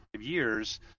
years